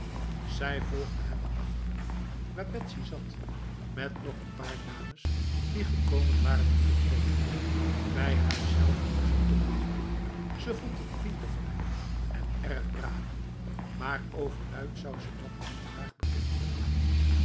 zij volgde hem naar achteren waar betsy zat met nog een paar dames die gekomen waren om te troosten bij haarzelve moest ze toch lachen ze vond het pinter van hem en erg brani maar overluid zou ze dat niet graag bekend hebben